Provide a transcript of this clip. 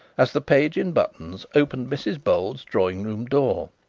as the page in buttons opened mrs bold's drawing-room door.